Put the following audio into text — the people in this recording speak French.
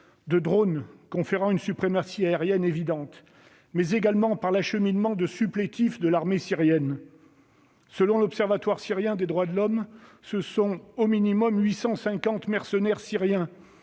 de drones lui conférant une suprématie aérienne évidente, mais également par l'acheminement de supplétifs de l'armée syrienne. Selon l'Observatoire syrien des droits de l'homme, ce sont au moins 850 mercenaires syriens